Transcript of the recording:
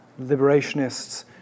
Liberationists